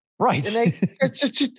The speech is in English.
Right